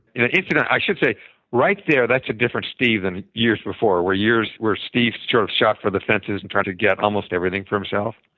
you know you know i should say right there, that's a different steve than years before, where steve where steve sort of shot for the fences and tried to get almost everything for himself.